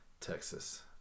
Texas